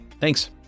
Thanks